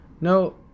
no